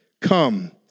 come